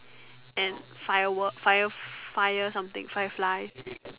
and firework fire fire something fireflies